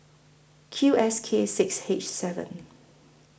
Q S K six H seven